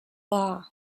law